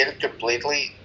completely